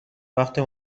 وقتی